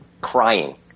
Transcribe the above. crying